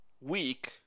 week